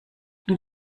und